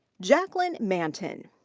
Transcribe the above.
jacklyn manton.